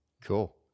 Cool